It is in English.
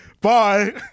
Bye